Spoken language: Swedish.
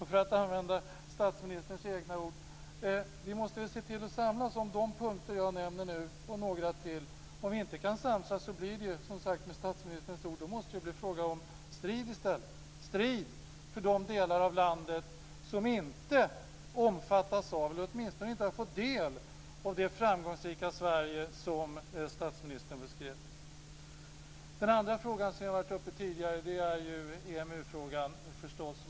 För att använda statsministerns egna ord, måste vi se till att samsas om de punkter som jag nu nämner och några till. Om vi inte kan samsas måste det ju, med statsministerns ord, bli fråga om strid i stället - strid för de delar av landet som inte har fått del av det framgångsrika Sverige som statsministern beskriver. Den andra frågan som har varit uppe tidigare är EMU-frågan.